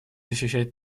защищать